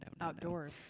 outdoors